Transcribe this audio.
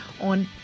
on